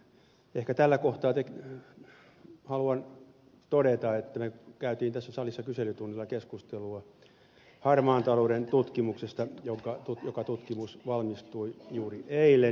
ehkä tällä kohtaa haluan todeta että me kävimme tässä salissa kyselytunnilla keskustelua harmaan talouden tutkimuksesta joka tutkimus valmistui juuri eilen